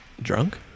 Drunk